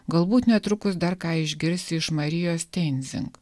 galbūt netrukus dar ką išgirsi iš marijos teinzing